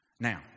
Now